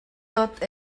tot